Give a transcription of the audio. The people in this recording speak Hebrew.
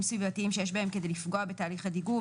סביבתיים שיש בהם כדי לפגוע בתהליך הדיגום,